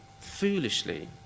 foolishly